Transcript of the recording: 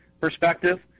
perspective